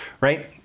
right